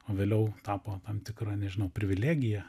o vėliau tapo tam tikra nežinau privilegija